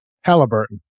Halliburton